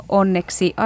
onneksi